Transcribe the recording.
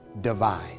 divine